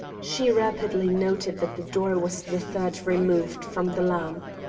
she rapidly noted that the door was the third removed from the lamp.